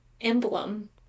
emblem